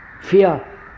Fear